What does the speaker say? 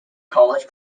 college